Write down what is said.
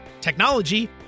technology